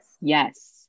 yes